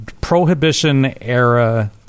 Prohibition-era